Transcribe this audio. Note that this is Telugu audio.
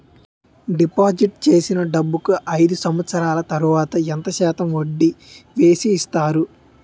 డిపాజిట్ చేసిన డబ్బుకి అయిదు సంవత్సరాల తర్వాత ఎంత శాతం వడ్డీ వేసి ఇస్తారు?